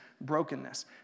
brokenness